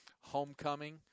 homecoming